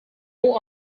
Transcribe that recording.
who